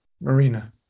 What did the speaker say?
Marina